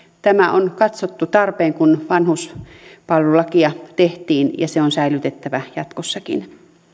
tämä on katsottu olevan tarpeen kun vanhuspalvelulakia tehtiin ja se on säilytettävä jatkossakin